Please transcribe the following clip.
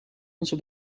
onze